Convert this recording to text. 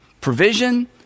Provision